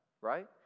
right